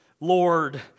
Lord